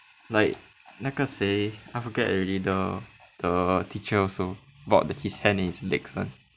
like 那个谁 I forget already the the teacher also about his hands and his legs [one]